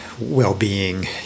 well-being